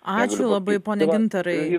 ačiū labai pone gintarai